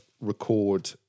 record